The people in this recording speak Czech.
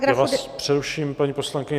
Já vás přeruším, paní poslankyně.